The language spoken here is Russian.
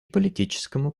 политическому